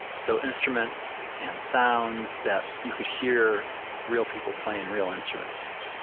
so instruments and sounds that you could hear real people playing real instruments.